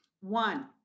One